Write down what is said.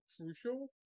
crucial